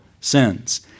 ...sins